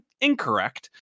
Incorrect